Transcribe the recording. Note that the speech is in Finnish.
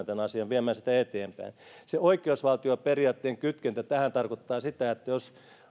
tämän asian viemään sitä eteenpäin se oikeusvaltioperiaatteen kytkentä tähän tarkoittaa sitä että jos